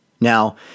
Now